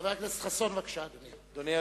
חבר הכנסת חסון, בבקשה, אדוני.